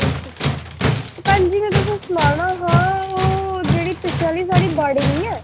भैन जी में तुसेंगी सनाना हा ओह् जेह्ड़ी पिच्छें आह्ली बाड़ी निं ऐ